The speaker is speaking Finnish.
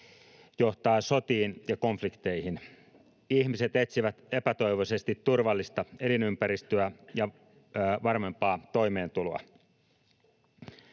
johtaa sotiin ja konflikteihin. Ihmiset etsivät epätoivoisesti turvallista elinympäristöä ja varmempaa toimeentuloa.